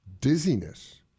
dizziness